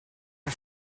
are